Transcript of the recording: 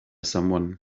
someone